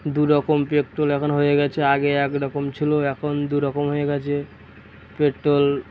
দু রকম পেট্রোল এখন হয়ে গিয়েছে আগে এক রকম ছিল এখন দু রকম হয়ে গিয়েছে পেট্রোল